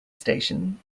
station